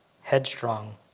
headstrong